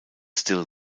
still